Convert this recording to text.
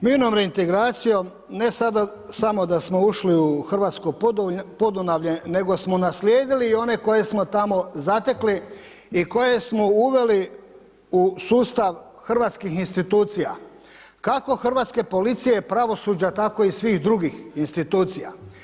Mirnom reintegracijom ne sada samo da smo ušli u Hrvatsko Podunavlje, nego smo naslijedili i one koje smo tamo zatekli i koje smo uveli u sustav hrvatskih institucija kako hrvatske policije, pravosuđa, tako i svih drugih institucija.